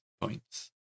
points